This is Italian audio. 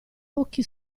occhi